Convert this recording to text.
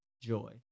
joy